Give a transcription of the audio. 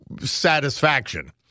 satisfaction